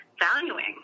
valuing